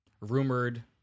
rumored